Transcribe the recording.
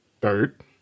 third